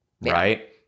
right